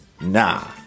Nah